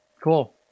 cool